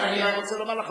אני רק רוצה לומר לך,